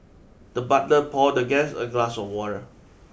the butler poured the guest a glass of water